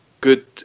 good